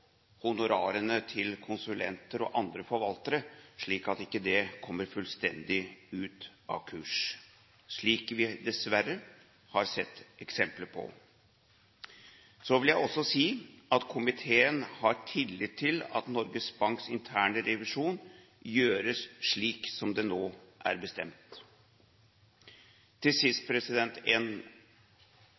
honorarene til konsulenter og andre forvaltere, slik at ikke det kommer fullstendig ut av kurs – slik vi dessverre har sett eksempler på. Så vil jeg også si at komiteen har tillit til at Norges Banks interne revisjon gjøres slik som det nå er bestemt. Til sist